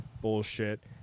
bullshit